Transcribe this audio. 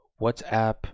WhatsApp